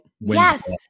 yes